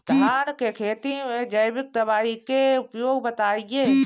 धान के खेती में जैविक दवाई के उपयोग बताइए?